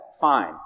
fine